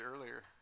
earlier